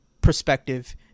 perspective